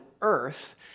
earth